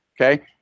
Okay